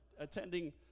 attending